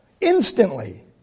Instantly